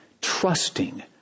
trusting